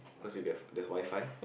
because you get there's WiFi